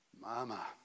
Mama